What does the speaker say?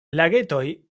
lagetoj